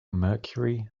mercury